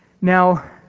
Now